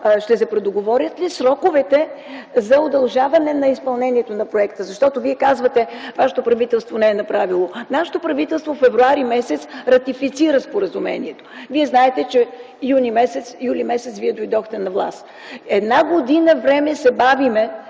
ще се предоговорят ли сроковете за удължаване на изпълнението на проекта? Вие казвате: вашето правителство не е направило... Нашето правителство през м. февруари ратифицира споразумението. Вие знаете, че м. юли вие дойдохте на власт. Една година време се бавим